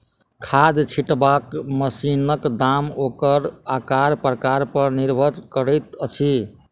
खाद छिटबाक मशीनक दाम ओकर आकार प्रकार पर निर्भर करैत अछि